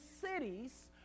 cities